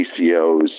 ACOs